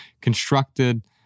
constructed